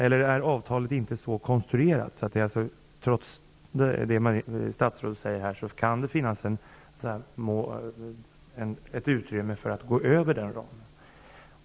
Eller är avtalet inte konstruerat så, att det trots det som statsrådet säger här kan finnas ett utrymme för att överskrida den här ramen?